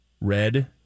Red